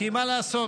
כי מה לעשות,